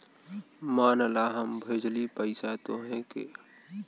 मान ला हम भेजली पइसा तोह्के